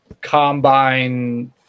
combine